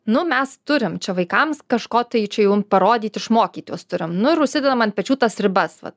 nu mes turim čia vaikams kažko tai čia jau parodyti išmokyti juos turim nu ir užsidedam ant pečių tas ribas vat